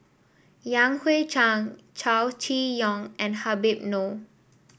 Yan Hui Chang Chow Chee Yong and Habib Noh